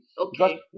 Okay